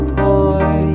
boy